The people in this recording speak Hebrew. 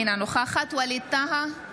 אינה נוכחת ווליד טאהא,